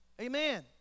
Amen